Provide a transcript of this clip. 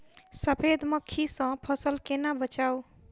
सफेद मक्खी सँ फसल केना बचाऊ?